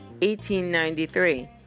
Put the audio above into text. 1893